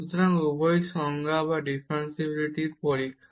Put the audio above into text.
সুতরাং উভয়ই সমান সংজ্ঞা বা ডিফারেনশিবিলিটির জন্য পরীক্ষা